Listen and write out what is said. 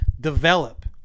develop